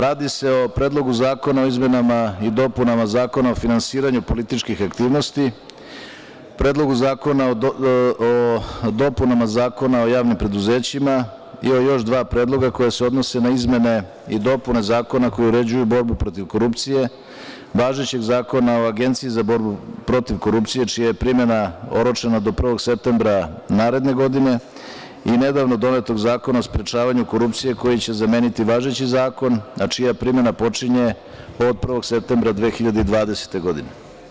Radi se o Predlogu zakona o izmenama i dopunama Zakona o finansiranju političkih aktivnosti, Predlogu zakona o dopunama Zakona o javnim preduzećima i o još dva predloga koja se odnose na izmene i dopune zakona koji uređuju borbu protiv korupcije, važećeg Zakona o Agenciji za borbu protiv korupcije, čija je primena oročena do 1. septembra naredne godine i nedavno donetog Zakona o sprečavanju korupcije koji će zameniti važeći zakon, a čija primena počinje od 1. septembra 2020. godine.